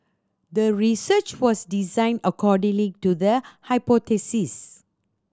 the research was designed accordingly to the hypothesis